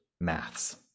maths